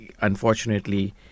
unfortunately